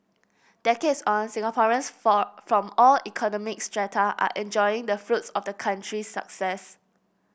decades on Singaporeans from from all economic strata are enjoying the fruits of the country's success